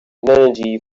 energy